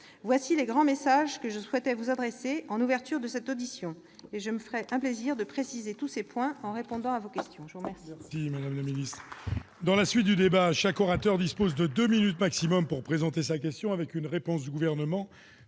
Voilà les grands messages que je souhaitais vous adresser en ouverture de ce débat. Je me ferai un plaisir de préciser tous ces points en répondant à vos questions.